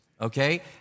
Okay